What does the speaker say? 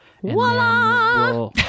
Voila